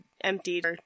emptied